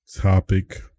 topic